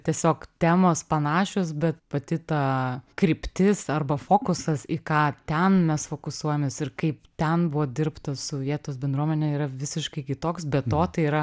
tiesiog temos panašios bet pati ta kryptis arba fokusas į ką ten mes fokusuojamės ir kaip ten buvo dirbta su vietos bendruomene yra visiškai kitoks be to tai yra